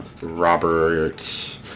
Robert